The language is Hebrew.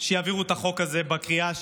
שיעבירו את החוק הזה בקריאה השלישית,